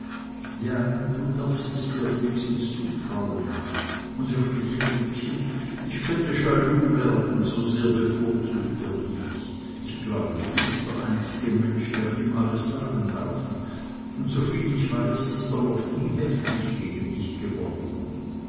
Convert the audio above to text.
ja du darfst es dir wenigstens zutrauen und wirklich riekchen ich könnte jaloux werden so sehr bevorzugt er dich ich glaube du bist der einzige mensch der ihm alles sagen darf und soviel ich weiß ist er noch nie heftig gegen dich geworden